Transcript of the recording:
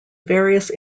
various